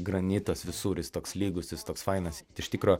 granitas visur jis toks lygus jis toks fainas iš tikro